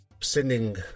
sending